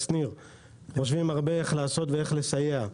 איך לסייע.